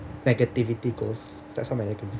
negativity goes that's how my